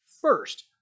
first